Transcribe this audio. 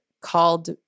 called